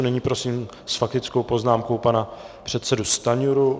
Nyní prosím s faktickou poznámkou pana předsedu Stanjuru.